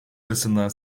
arasından